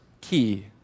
key